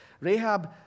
Rahab